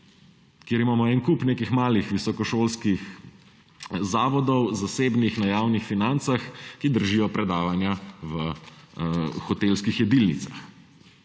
kjer imamo en kup nekih malih visokošolskih zasebnih zavodov na javnih financah, ki držijo predavanja v hotelskih jedilnicah.